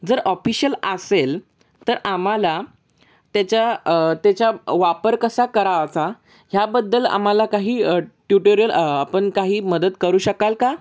जर ऑफिशियल असेल तर आम्हाला त्याच्या त्याच्या वापर कसा करायचा ह्याबद्दल आम्हाला काही ट्युटोरियल आपण काही मदत करू शकाल का